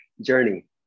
journey